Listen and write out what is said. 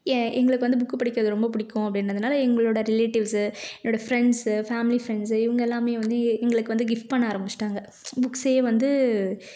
ஏ எங்களுக்கு வந்து புக் படிக்கிறது ரொம்ப பிடிக்கும் அப்படின்றதுனால எங்களோடய ரிலேட்டிவ்ஸ் என்னோடய ஃப்ரெண்ட்ஸ் ஃபேமிலி ஃப்ரெண்ட்ஸ் இவங்க எல்லாமே வந்து எங்களுக்கு வந்து கிஃப்ட் பண்ண ஆரம்மிச்சிட்டாங்க புக்ஸையே வந்து